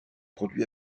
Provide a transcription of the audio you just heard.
produit